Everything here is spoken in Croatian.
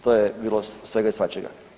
To je bilo svega i svačega.